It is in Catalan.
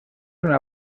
una